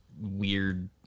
weird